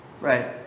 Right